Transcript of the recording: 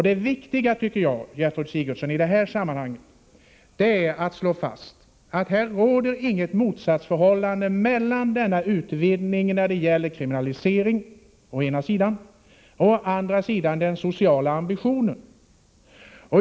Det är viktigt att i detta sammanhang slå fast, Gertrud Sigurdsen, att det inte råder något motsatsförhållande mellan å ena sidan utvidgningen när det gäller kriminaliseringen och å andra sidan den sociala ambitionen.